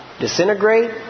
disintegrate